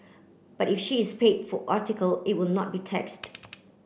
but if she is paid for article it would not be taxed